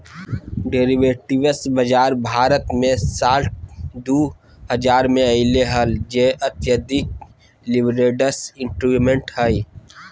derivatives बाजार भारत मे साल दु हजार मे अइले हल जे अत्यधिक लीवरेज्ड इंस्ट्रूमेंट्स हइ